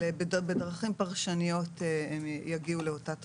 בדרכים פרשניות הם יגיעו לאותה תוצאה.